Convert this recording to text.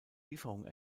lieferung